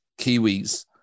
Kiwis